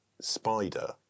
spider